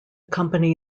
company